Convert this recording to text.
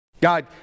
God